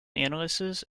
analysis